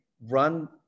run